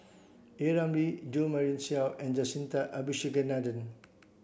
A Ramli Jo Marion Seow and Jacintha Abisheganaden